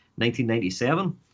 1997